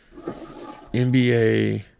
NBA